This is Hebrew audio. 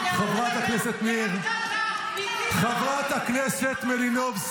אני לא דיברתי על הנאום שלך -- חברת הכנסת גוטליב.